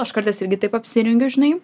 aš kartais irgi taip apsirengiu žinai